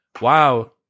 wow